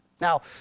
Now